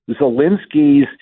Zelensky's